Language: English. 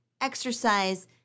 exercise